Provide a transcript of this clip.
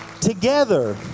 together